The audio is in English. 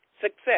success